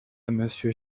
monsieur